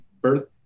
birth